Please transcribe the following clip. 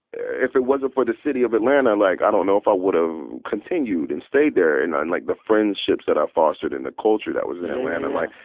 if it wasn't for the city of atlanta, like, i don't know if i would've continued and stayed there and, and like, the friendships that i fostered and the culture that was in atlanta. like,